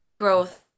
growth